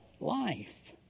life